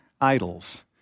idols